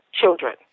children